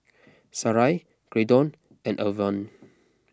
Sarai Graydon and Irven